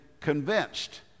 convinced